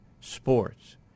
sports